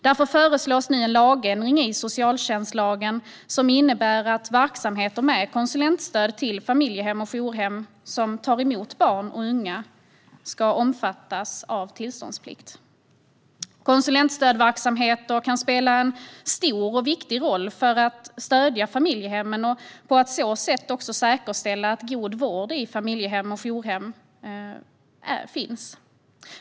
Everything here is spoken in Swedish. Därför föreslås nu en ändring i socialtjänstlagen som innebär att verksamheter med konsulentstöd till familjehem och jourhem som tar emot barn och unga ska omfattas av tillståndsplikt. Konsulentstödsverksamheter kan spela en stor och viktig roll för att stödja familjehemmen och på så sätt säkerställa en god vård i familjehem och jourhem.